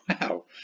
wow